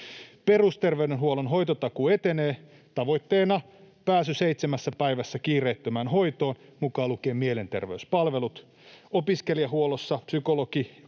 Perusterveydenhuollon hoitotakuu etenee: tavoitteena pääsy seitsemässä päivässä kiireettömään hoitoon, mukaan lukien mielenterveyspalvelut. Opiskelijahuollossa psykologi-